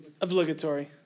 obligatory